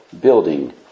building